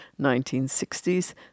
1960s